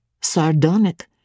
sardonic